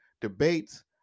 debates